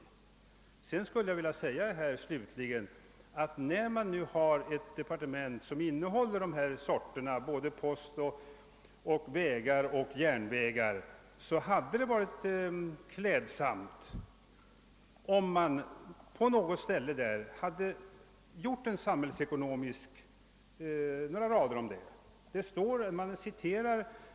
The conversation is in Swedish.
Slutligen skulle jag vilja säga att när man nu har ett departement, under vilket både posten, järnvägen och vägarna sorterar, så hade det väl varit klädsamt om man på något ställe i propositionen skrivit några rader om den samhällsekonomiska aspekten.